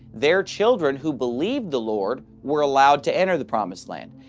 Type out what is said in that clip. their children who believed the lord were allowed to enter the promised land.